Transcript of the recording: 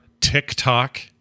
TikTok